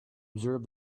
observe